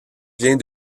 vient